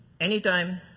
Anytime